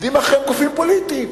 עומדים מאחוריהם גופים פוליטיים.